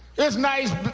it's nice,